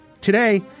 Today